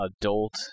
adult